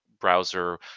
browser